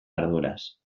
arduraz